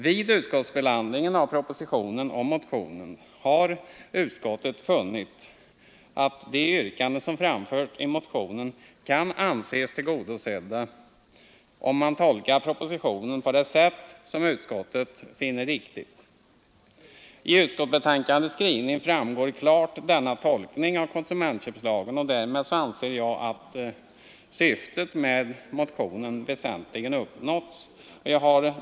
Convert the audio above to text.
Vid utskottsbehandlingen av propositionen och motionen har utskottet funnit att de yrkanden som framförts i motionen kan anses tillgodosedda, om man tolkar propositionen på det sätt som utskottet finner riktigt. Denna tolkning av konsumentköplagen framgår klart av utskottets skrivning, och därmed anser jag syftet med motionen väsentligen uppnått. Herr talman!